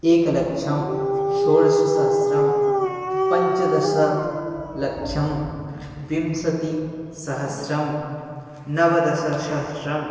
एकलक्षं षोडशसहस्रं पञ्चदश लक्षं विंशतिः सहस्रं नवदससहस्रम्